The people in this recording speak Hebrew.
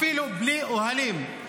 אפילו בלי אוהלים.